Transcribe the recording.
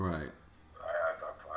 Right